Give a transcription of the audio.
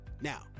Now